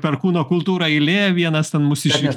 per kūno kultūrą eilė vienas ten mūsiškis